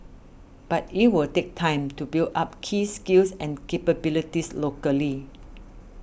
but it will take time to build up key skills and capabilities locally